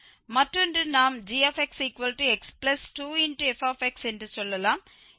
மற்றொன்று நாம் gxx2fx என்று சொல்லலாம்